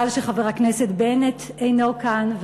חבל שחבר הכנסת בנט אינו כאן,